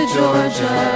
Georgia